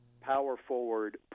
power-forward